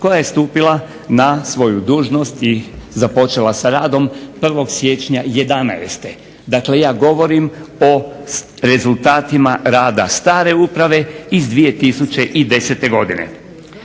koja je stupila na svoju dužnost i započela sa radom 1. siječnja 2011. Dakle ja govorim o rezultatima rada stare uprave iz 2010. godine.